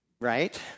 right